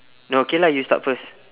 no okay lah you start first